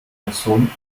person